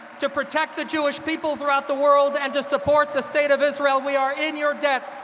to protect the jewish people throughout the world, and to support the state of israel. we are in your debt.